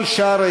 המשרד